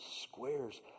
squares